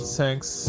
Thanks